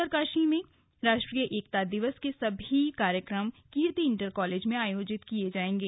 उत्तरकाशी में राष्ट्रीय एकता दिवस के सभी कार्यक्रम कीर्ति इंटर कालेज में आयोजित किए जाएंगे